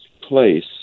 place